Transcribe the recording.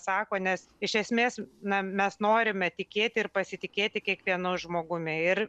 sako nes iš esmės na mes norime tikėti ir pasitikėti kiekvienu žmogumi ir